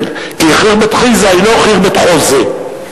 כי חרבת חזעה היא לא חרבת חוזעה.